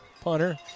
punter